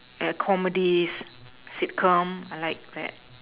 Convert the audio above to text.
eh comedies sitcom I like that